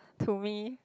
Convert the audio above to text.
to me